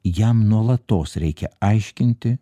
jam nuolatos reikia aiškinti